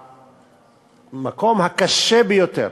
המקום הקשה ביותר,